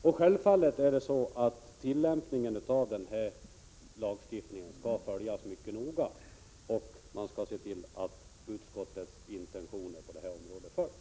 Tillämpningen av denna lagstiftning skall självfallet följas mycket noga, och man skall se till att utskottets intentioner på detta område efterlevs.